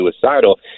suicidal